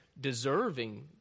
deserving